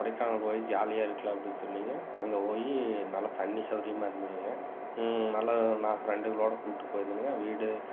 கொடைக்கானல் போய் ஜாலியாக இருக்கலாம் அப்படின்னு சொல்லிங்க அங்கே போய் நல்லா தண்ணி சவுகரியமா இருந்ததுங்க நல்லா நான் ஃப்ரெண்டுகளோடு கூட்டிகிட்டு போயிருந்தேனுங்க வீடு